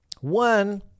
One